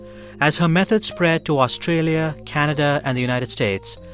as her method spread to australia, canada and the united states,